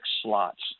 slots